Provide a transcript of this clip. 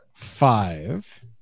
five